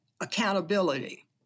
accountability